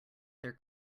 their